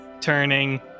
turning